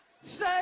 say